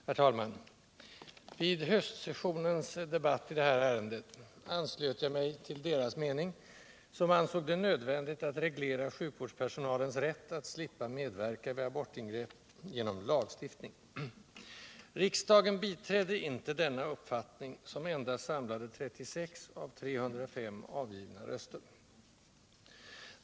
Herr talman! Vid höstsessionens debatt i detta ärende anslöt jag mig till deras mening, som ansåg det nödvändigt att reglera sjukvårdspersonalens rätt att slippa medverka vid abortingrepp genom lagstiftning. Riksdagen biträdde inte denna uppfattning, som endast samlade 36 av 305 avgivna röster.